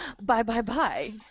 bye-bye-bye